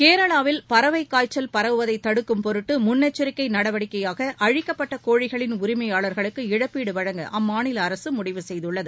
கேராளவில் பறவை காய்ச்சல் பரவுவதை தடுக்கும் பொருட்டு முன்னெச்சரிக்கை நடவடிக்கையாக அழிக்கப்பட்ட கோழிகளின் உரிமையாளர்களுக்கு இழப்பீடு வழங்க அம்மாநில அரசு முடிவு செய்துள்ளது